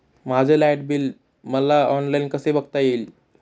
माझे light bill मला online कसे बघता येईल?